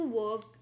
work